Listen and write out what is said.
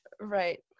Right